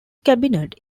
cabinet